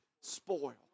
spoil